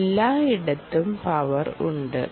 എല്ലാ ഇടത്തും പവർ ഉണ്ട്